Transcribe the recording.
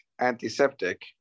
antiseptic